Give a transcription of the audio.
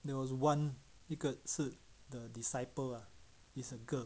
there was one 一个是 the disciple ah it's a girl